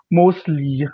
mostly